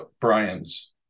Brian's